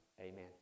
Amen